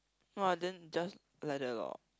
no I didn't just like that lor